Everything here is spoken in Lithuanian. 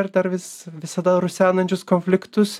ir dar vis visada rusenančius konfliktus